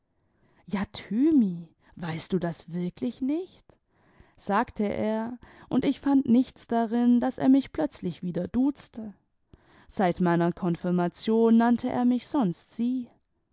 ja thymi weißt du das wirklich nicht sagte er imd ich fand nichts darin daß er mich plötzlich wieder duzte seit meiner konfirmation nannte er mich sonst sie